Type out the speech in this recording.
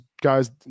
guys